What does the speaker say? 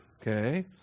okay